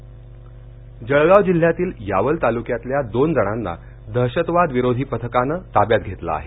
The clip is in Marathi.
जळगाव जळगाव जिल्ह्यातील यावल तालुक्यातल्या दोन जणांना दहशतवाद विरोधी पथकानं ताब्यात घेतलं आहे